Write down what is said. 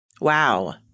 Wow